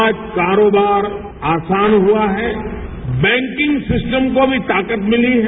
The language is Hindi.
आज करोबार आसान हुआ है बैंकिंग सिस्टम को भी ताकत मिली है